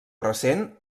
recent